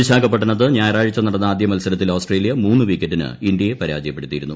വിശാഖപണത്ത് ഞായിറാഴ്ച്ച നടന്ന ആദ്യ മത്സരത്തിൽ ഓസ്ട്രേലിയ മൂന്നുള്ളിവീക്കറ്റിന് ഇന്ത്യയെ പരാജയപ്പെടുത്തിയിരുന്നു